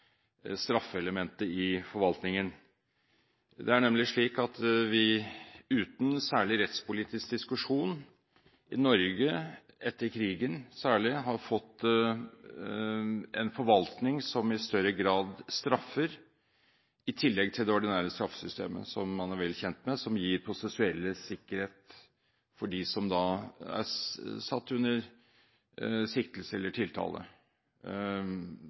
straffeelementet i forvaltningen. Det er nemlig slik at vi i Norge etter krigen – særlig – uten særlig rettspolitisk diskusjon har fått en forvaltning som i større grad straffer i tillegg til det ordinære straffesystemet som man er vel kjent med, som gir prosessuell sikkerhet for dem som er satt under siktelse eller tiltale.